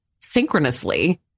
synchronously